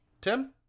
Tim